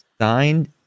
Signed